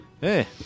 Hey